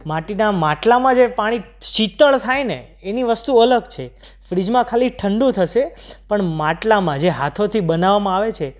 માટીના માટલામાં જે પાણી શીતળ થાય ને એની વસ્તુ અલગ છે ફ્રીજમાં ખાલી ઠંડુ થશે પણ માટલામાં જે હાથોથી બનાવવામાં આવે છે